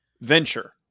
venture